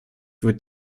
wird